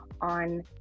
on